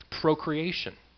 procreation